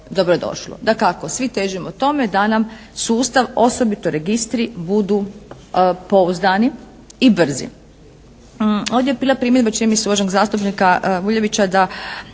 dobro došlo. Dakako svi težimo tome da nam sustav osobito registri budu pouzdani i brzi.